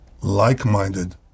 like-minded